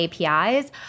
APIs